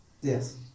yes